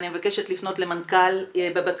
אני מבקשת לפנות למנכ"ל בבקשה.